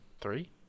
three